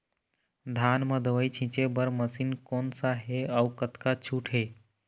धान म दवई छींचे बर मशीन कोन सा हे अउ कतका छूट हे?